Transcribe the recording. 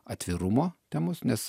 atvirumo temos nes